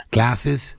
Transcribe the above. Glasses